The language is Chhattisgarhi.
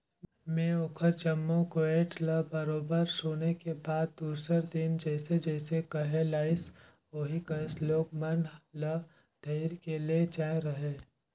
में ओखर जम्मो गोयठ ल बरोबर सुने के बाद दूसर दिन जइसे जइसे कहे लाइस ओही कस लोग मन ल धइर के ले जायें रहें